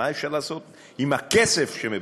מה אפשר לעשות עם הכסף שמבזבזים.